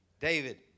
David